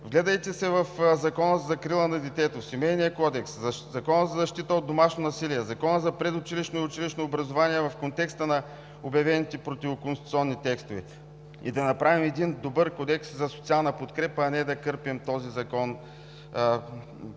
Вгледайте се в Закона за закрила на детето, Семейния кодекс, Закона за защита от домашно насилие, Закона за предучилищно и училищно образование в контекста на обявените противоконституционни текстове и да направим един добър Кодекс за социална подкрепа, а не да кърпим този закон по